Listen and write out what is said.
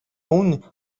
اون